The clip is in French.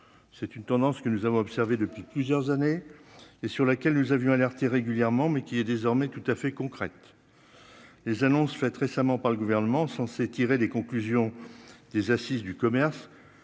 c'est une tendance que nous avons observé depuis plusieurs années et sur laquelle nous avions alerté régulièrement mais qui est désormais tout à fait concrètes, les annonces faites récemment par le gouvernement, censées tirer des conclusions des Assises du commerce